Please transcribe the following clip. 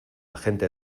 gente